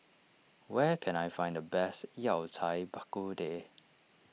where can I find the best Yao Cai Bak Kut Teh